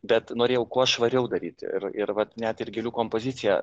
bet norėjau kuo švariau daryti ir ir vat net ir gėlių kompozicija